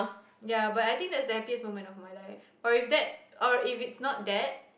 ya but I think that's the happiest moment of my life or if that or if it's not that